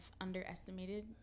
underestimated